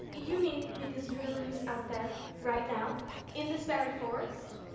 you mean because you know who's out there right now in this very forest?